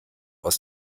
aus